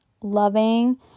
loving